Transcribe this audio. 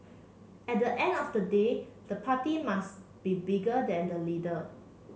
at the end of the day the party must be bigger than the leader